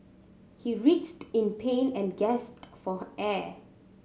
he writhed in pain and gasped for air